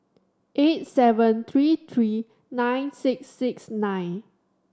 eight seven three three nine six six nine